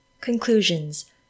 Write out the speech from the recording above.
Conclusions